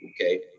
Okay